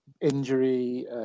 injury